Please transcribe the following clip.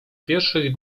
pierwszych